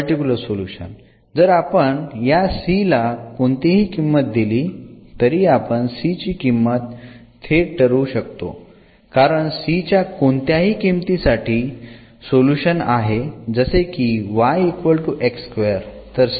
particular solution जर आपण या c ला कोणतीही किंमत दिली तरी आपण c ची किंमत थेट ठरवू शकतो कारण c च्या कोणत्याही किमतीसाठी सोल्युशन आहे जसे की